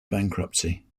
bankruptcy